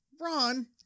Ron